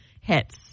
hits